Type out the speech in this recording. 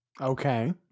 Okay